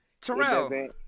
Terrell